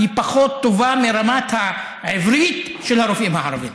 היא פחות טובה מרמת העברית של הרופאים הערבים,